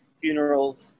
funerals